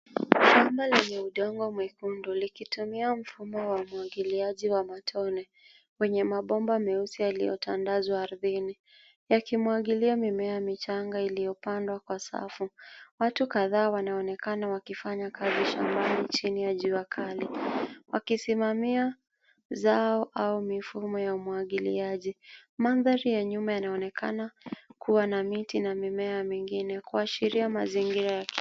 Shamba lenye udongo mwekundu likitumia mfumo wa umwagiliaji wa matone kwenye mabomba meusi yaliyotandazwa ardhini yakimwagilia mimea michanga iliyopandwa kwa safu. Watu kadhaa wanaonekana wakifanya kazi shambani chini ya jua kali wakisimamia uzao au mfumo wa umwagiliaji. Mandhari ya nyuma yanaonekana kuwa na miti na mimea mingine kuashiria mazingira ya kilimo.